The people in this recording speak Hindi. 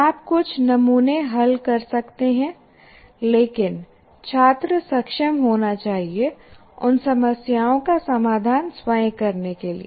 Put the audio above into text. आप कुछ नमूने हल कर सकते हैं लेकिन छात्र सक्षम होना चाहिए उन समस्याओं का समाधान स्वयं करने के लिए